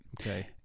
Okay